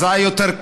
אז זה היה יותר קל.